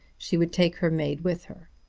she would take her maid with her.